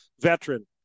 veteran